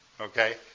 Okay